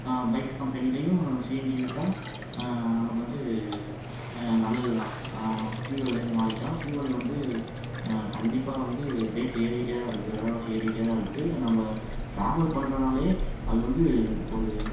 கா பைக்கு கம்பெனிலையும் சிஎன்ஜி விட்டால் நமக்கு வந்து நல்லது தான் ஃப்யூவல்லேருந்து மாறிக்கலாம் ஃப்யூவல் வந்து கண்டிப்பாக வந்து ரேட்டு ஏறிக்கிட்டே தான் இருக்குது வெலைவாசி ஏறிக்கிட்டே தான் இருக்கு நம்ப ட்ராவல் பண்றோன்னாலே அதுல வந்து ஒரு